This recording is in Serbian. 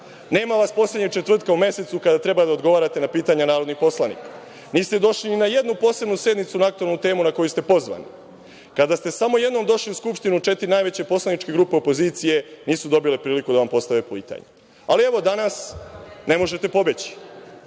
Nema vas poslednjeg četvrtka u mesecu, kada treba da odgovarate na pitanja narodnih poslanika. Niste došli ni na jednu posebnu sednicu na aktuelnu temu na koju ste pozvani. Kada ste samo jednom došli u Skupštinu, četiri najveće poslaničke grupe opozicije nisu dobile priliku da vam postave pitanje. Ali, evo danas ne možete pobeći.